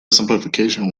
simplification